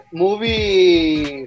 movie